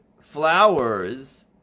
flowers